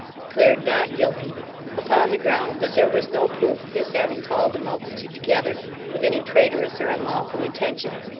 declared not guilty upon the ground that there was no proof of his having called the multitude together with any traitorous or unlawful intentions.